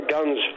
Guns